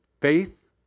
faith